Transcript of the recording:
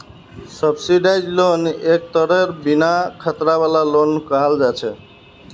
subsidised loan एक तरहेर बिन खतरा वाला लोन कहल जा छे